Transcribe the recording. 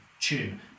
tune